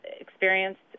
experienced